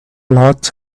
lot